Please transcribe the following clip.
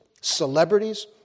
celebrities